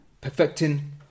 perfecting